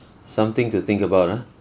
something to think about ah